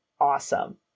awesome